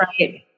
right